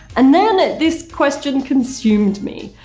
and then this question consumed me.